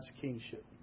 kingship